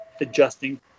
adjusting